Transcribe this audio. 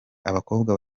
abakobwa